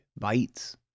bytes